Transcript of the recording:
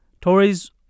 Tories